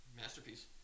Masterpiece